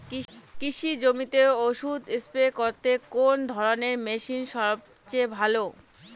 কৃষি জমিতে ওষুধ স্প্রে করতে কোন ধরণের মেশিন সবচেয়ে ভালো?